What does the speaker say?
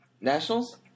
Nationals